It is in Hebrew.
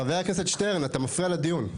חבר הכנסת שטרן, אתה מפריע לדיון.